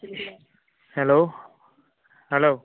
hello hello